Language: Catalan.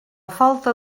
falta